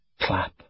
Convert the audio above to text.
Clap